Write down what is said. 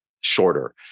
shorter